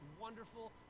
wonderful